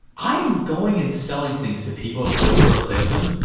i am going and selling things to people as a door to door salesman,